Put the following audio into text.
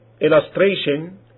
illustration